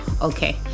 Okay